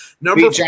Number